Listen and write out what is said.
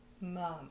mom